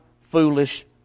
foolish